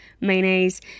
mayonnaise